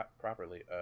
properly